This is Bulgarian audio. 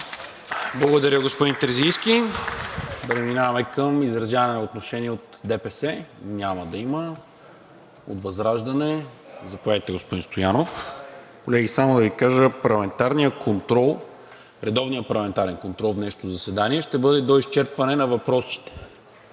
Благодаря, господин Терзийски. Преминаваме към изразяване на отношение от ДПС. Няма да има. От ВЪЗРАЖДАНЕ? Заповядайте, господин Стоянов. Колеги, само да Ви кажа, редовният парламентарен контрол в днешното заседание ще бъде до изчерпване на въпросите,